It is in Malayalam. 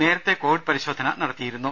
നേരത്തെ കോവിഡ് പരിശോധന നടത്തിയിരുന്നു